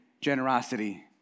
generosity